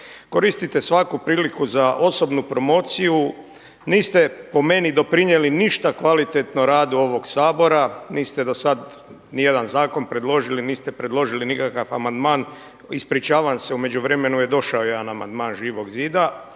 Koristite svaku priliku za osobnu promociju, niste po meni doprinijeli ništa kvalitetno radu ovog Sabora, niste do sada nijedan zakon predložili, niste predložili nikakav amandman, ispričavam se u međuvremenu je došao jedan amandman Živog zida,